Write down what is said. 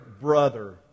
brother